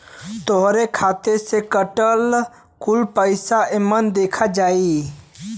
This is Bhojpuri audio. तोहरे खाते से कटल कुल पइसा एमन देखा जाई